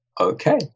Okay